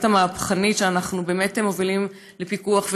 המהפכנית שאנחנו באמת מובילים בפיקוח,